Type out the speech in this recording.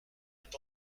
est